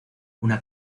una